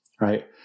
right